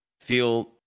feel